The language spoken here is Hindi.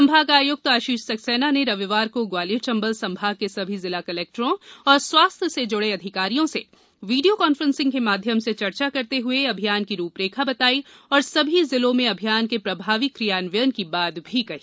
संभाग आयुक्त आशीष सक्सेना ने रविवार को ग्वालियर चंबल संभाग के सभी जिला कलेक्टरों और स्वास्थ्य से जूड़े अधिकारियों से वीडियो कॉन्फ्रेंसिंग के माध्यम से चर्चा करते हुए अभियान की रूपरेखा ैबताई और सभी जिलों में अभियान के प्रभावी क्रियान्वयन की बात भी कही